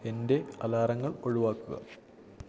എൻ്റെ അലാറങ്ങൾ ഒഴിവാക്കുക